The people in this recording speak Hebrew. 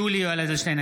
(קורא בשמות ברי הכנסת) יולי יואל אדלשטיין,